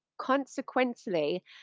consequently